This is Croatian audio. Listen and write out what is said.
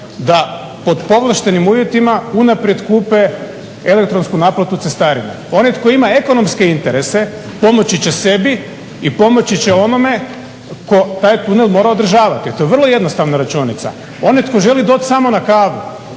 da pod povlaštenim uvjetima unaprijed kupe elektronsku naplatu cestarine. Onaj tko ima ekonomske interese pomoći će sebi i pomoći će onome tko taj tunel mora održavati, to je vrlo jednostavna računica. Onaj tko želi doći samo na kavu